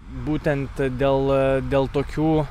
būtent dėl dėl tokių